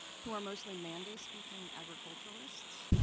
who are mostly mande-speaking agriculturalists.